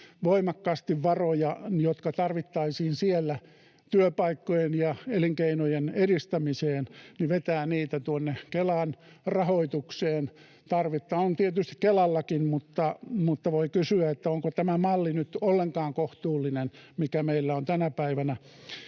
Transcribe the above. voimakkaasti varoja, jotka tarvittaisiin siellä työpaikkojen ja elinkeinojen edistämiseen. Tarvetta on tietysti Kelallakin, mutta voi kysyä, onko tämä malli nyt ollenkaan kohtuullinen, mikä meillä on tänä päivänä